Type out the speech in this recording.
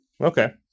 Okay